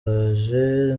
araje